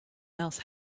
else